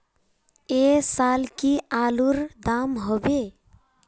ऐ साल की आलूर र दाम होबे?